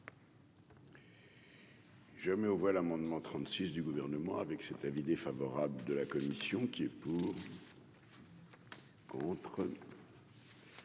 Je mets aux voix l'amendement 36 du gouvernement avec cet avis défavorable de la commission qui est pour. Contrôle.